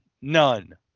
None